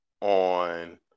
on